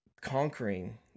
conquering